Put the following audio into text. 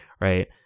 right